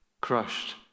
Crushed